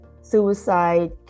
suicide